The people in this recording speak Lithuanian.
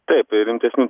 taip rimtesnių